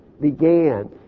began